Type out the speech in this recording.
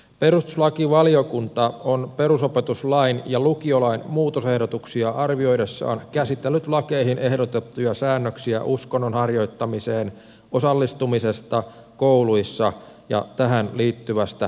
perustuslakivaliokunta on perusopetuslain ja lukiolain muutosehdotuksia arvioidessaan käsitellyt lakeihin ehdotettuja säännöksiä uskonnon harjoittamiseen osallistumisesta kouluissa ja tähän liittyvästä tiedottamisesta